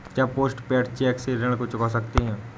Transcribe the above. क्या post paid cheque से ऋण को चुका सकते हैं?